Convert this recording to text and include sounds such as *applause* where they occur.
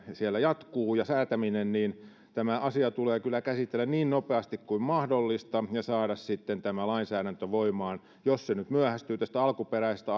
siellä jatkuu niin tämä asia tulee kyllä käsitellä niin nopeasti kuin mahdollista ja saada sitten tämä lainsäädäntö voimaan jos se nyt myöhästyy tästä alkuperäisestä *unintelligible*